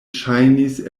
ŝajnis